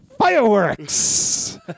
fireworks